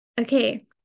Okay